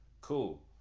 cool